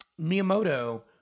Miyamoto